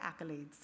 accolades